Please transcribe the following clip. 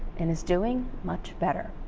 and is doing much better.